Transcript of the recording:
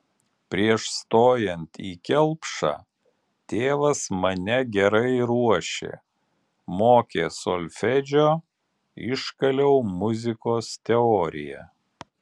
prieš stojant į kelpšą tėvas mane gerai ruošė mokė solfedžio iškaliau muzikos teoriją